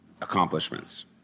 accomplishments